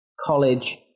college